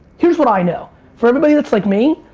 here's what i know. for everybody that's like me,